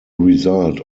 result